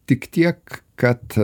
tik tiek kad